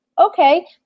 Okay